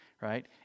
right